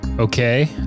okay